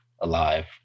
alive